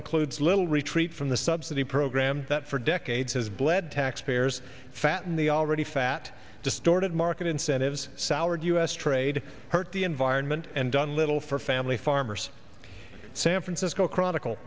includes little retreat from the subsidy program that for decades has bled taxpayers fat in the already fat distorted market incentives soured us trade hurt the environment and done little for family farmers san francisco chronicle